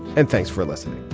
and thanks for listening